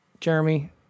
Jeremy